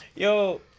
Yo